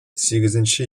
сигезенче